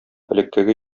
элеккеге